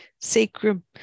sacrum